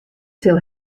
sil